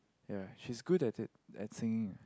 ya she's good at it at singing